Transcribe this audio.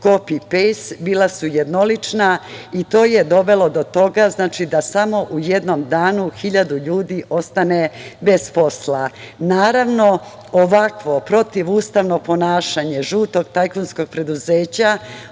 kopi-pejst, bila su jednolična i to je dovelo do toga da samo u jednom danu hiljadu ljudi ostane bez posla. Naravno, ovakvo protivustavno ponašanje žutog tajkunskog preduzeća